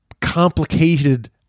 complicated